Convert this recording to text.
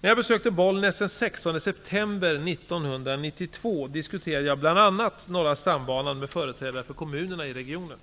När jag besökte Bollnäs den 16 september 1992 diskuterade jag bl.a. Norra stambanan med företrädare för kommunerna i regionen.